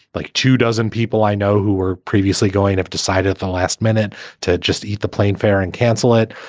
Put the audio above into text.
like two dozen people i know who were previously going off, decided at the last minute to just eat the plane fare and cancel it.